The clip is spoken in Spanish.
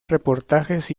reportajes